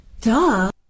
Duh